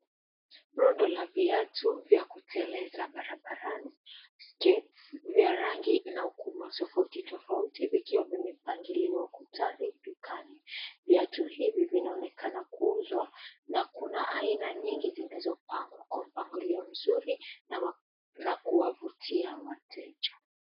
Rundu la viatu vya kuteleza barabarani skates . Viarangi na ukubwa tofauti tofauti vikiwa vimepangiliwa ukutani dukani. Viatu hivi vinaonekana kuuzwa na kuna aina nyingi zilizopangwa kwa mpangilio mzuri na kuwavutia.